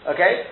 Okay